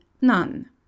none